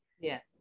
Yes